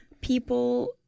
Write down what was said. People